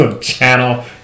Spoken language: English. channel